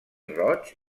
roig